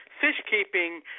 fish-keeping